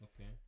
okay